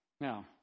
Now